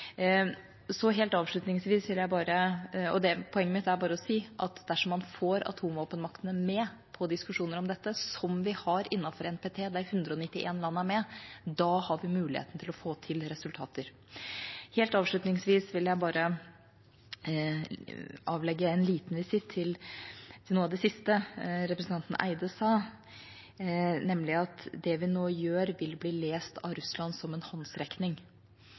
Poenget mitt er at dersom man får atomvåpenmaktene med på diskusjoner om dette – slik vi har innenfor NPT, der 191 land er med – har vi muligheten til å få til resultater. Helt avslutningsvis vil jeg avlegge en liten visitt til representanten Eide. Han sa nemlig at det vi nå gjør, vil bli lest av Russland som en håndsrekning.